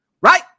right